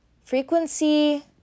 Frequency